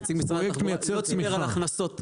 נציג משרד התחבורה לא סיפר על הכנסות מיסים.